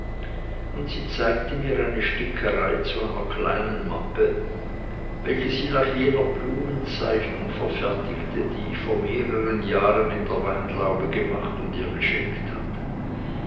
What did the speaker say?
und sie zeigte mir eine stickerei zu einer kleinen mappe welche sie nach jener blumenzeichnung verfertigte die ich vormehre ren jahren in der weinlaube gemacht und ihr geschenkt hatte